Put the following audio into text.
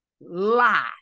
lie